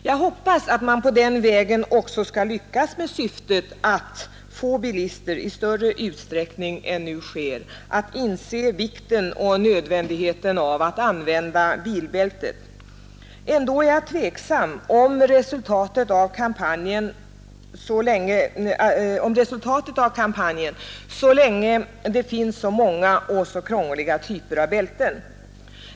Jag hoppas att man på den vägen skall lyckas med syftet att få bilister i större utsträckning än som nu sker att inse vikten och nödvändigheten av att använda bilbältet. Ändå är jag tveksam om resultatet av kampanjen, så länge det finns så många och så krångliga typer av bälten.